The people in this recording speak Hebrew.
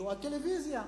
הטלוויזיה,